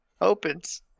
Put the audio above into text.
opens